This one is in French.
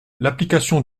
l’application